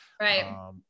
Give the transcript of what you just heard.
Right